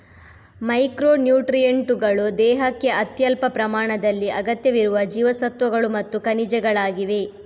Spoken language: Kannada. ಮೈಕ್ರೊ ನ್ಯೂಟ್ರಿಯೆಂಟುಗಳು ದೇಹಕ್ಕೆ ಅತ್ಯಲ್ಪ ಪ್ರಮಾಣದಲ್ಲಿ ಅಗತ್ಯವಿರುವ ಜೀವಸತ್ವಗಳು ಮತ್ತು ಖನಿಜಗಳಾಗಿವೆ